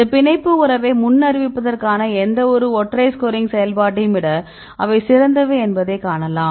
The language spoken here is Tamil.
இந்த பிணைப்பு உறவை முன்னறிவிப்பதற்கான எந்தவொரு ஒற்றை ஸ்கோரிங் செயல்பாட்டையும் விட அவை சிறந்தவை என்பதைக் காணலாம்